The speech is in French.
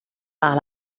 par